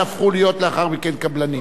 הרי עובדים יש תמיד,